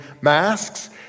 masks